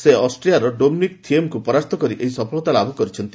ସେ ଅଷ୍ଟ୍ରିଆର ଡୋମିନିକ୍ ଥିଏମ୍ଙ୍କୁ ପରାସ୍ତ କରି ଏହି ସଫଳତା ଲାଭ କରିଛନ୍ତି